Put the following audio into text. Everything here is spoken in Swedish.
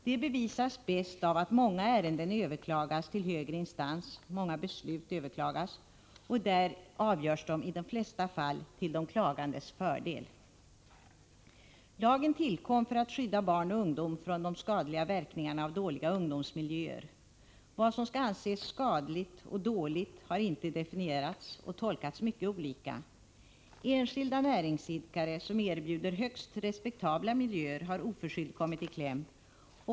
Det bevisas bäst av att många beslut överklagas till högre instans och där avgörs i de flesta fall till de klagandes fördel. Lagen tillkom för att skydda barn och ungdom från de skadliga verkningarna av dåliga ungdomsmiljöer. Vad som skall anses skadligt och dåligt har inte definierats, och det har tolkats mycket olika. Enskilda näringsidkare som erbjuder högst respektabla miljöer har oförskyllt kommit i kläm.